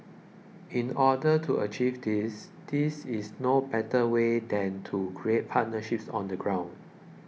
in order to achieve this these is no better way than to create partnerships on the ground